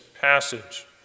passage